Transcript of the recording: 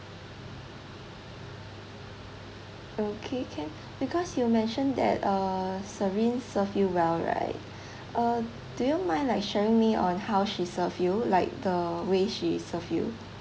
okay can because you mentioned that uh serene served you well right uh do you mind like sharing me on how she served you like the way she serve you